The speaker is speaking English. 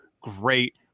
great